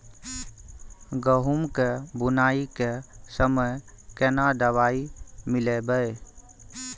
गहूम के बुनाई के समय केना दवाई मिलैबे?